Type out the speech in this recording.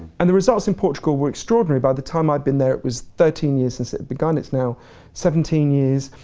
and the results in portugal were extraordinary. by the time i'd been there, it was thirteen years since it begun, it's now seventeen years.